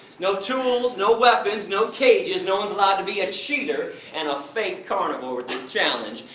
no tools, no weapons, no cages, no ones allowed to be a cheater and a fake carnivore in this challenge,